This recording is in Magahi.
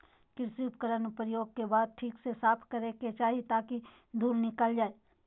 कृषि उपकरण प्रयोग के बाद ठीक से साफ करै के चाही ताकि धुल निकल जाय